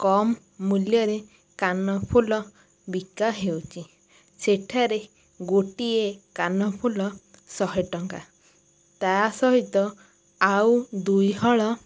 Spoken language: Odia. କମ୍ ମୂଲ୍ୟରେ କାନଫୁଲ ବିକା ହେଉଛି ସେଠାରେ ଗୋଟିଏ କାନଫୁଲ ଶହେ ଟଙ୍କା ତା ସହିତ ଆଉ ଦୁଇହଳ